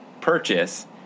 purchase